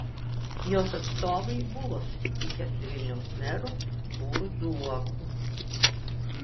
jos atstovai buvo susitikę su vilniaus meru artūru zuoku